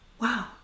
wow